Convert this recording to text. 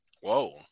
Whoa